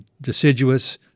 deciduous